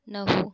नऊ